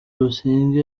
busingye